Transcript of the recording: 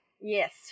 yes